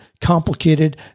complicated